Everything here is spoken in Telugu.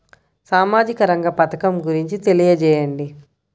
సామాజిక రంగ పథకం గురించి తెలియచేయండి?